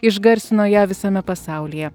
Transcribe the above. išgarsino ją visame pasaulyje